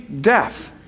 Death